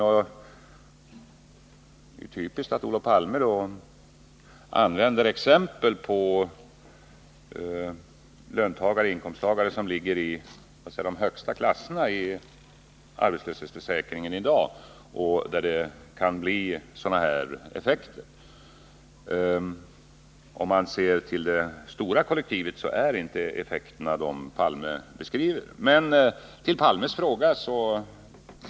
Det är typiskt för Olof Palme att han då tar som exempel inkomsttagare som i dag ligger i de högsta klasserna av arbetslöshetsförsäkringen, där det kan bli sådana effekter. Om man ser till det stora kollektivet finner man att effekterna inte är de som Olof Palme beskriver.